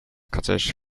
cutters